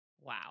Wow